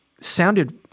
sounded